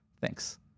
Thanks